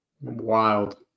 Wild